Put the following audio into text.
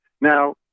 now